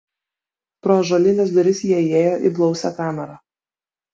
pro ąžuolines duris jie įėjo į blausią kamerą